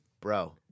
Bro